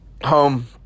home